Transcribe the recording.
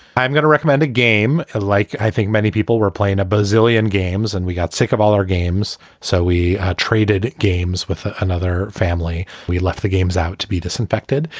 i'm going to recommend a game ah like i think many people were playing a bazillion games and we got sick of all our games. so we traded games with another family. we left the games out to be disinfected.